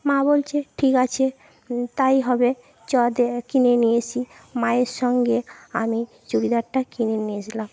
মা বলছে ঠিক আছে তাই হবে চল কিনে নিয়ে আসি মায়ের সঙ্গে আমি চুড়িদারটা কিনে নিয়ে আসলাম